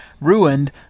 ruined